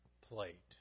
plate